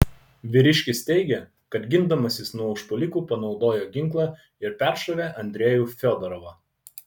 vyriškis teigė kad gindamasis nuo užpuolikų panaudojo ginklą ir peršovė andrejų fiodorovą